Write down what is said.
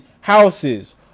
houses